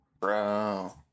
bro